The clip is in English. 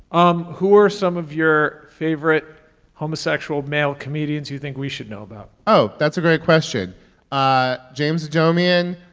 um who are some of your favorite homosexual male comedians you think we should know about? oh, that's a great question ah james adomian,